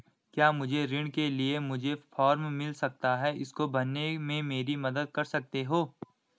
क्या मुझे ऋण के लिए मुझे फार्म मिल सकता है इसको भरने में मेरी मदद कर सकते हो?